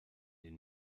den